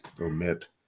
omit